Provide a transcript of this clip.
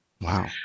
Wow